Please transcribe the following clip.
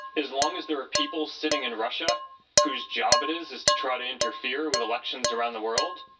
as long as there are people sitting in russia whose job it is is to try to interfere with elections around the world,